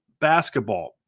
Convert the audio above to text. basketball